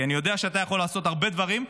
כי אני יודע שאתה יכול לעשות הרבה דברים,